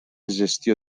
gestió